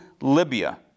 Libya